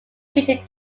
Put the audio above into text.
fiji